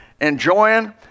enjoying